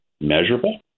measurable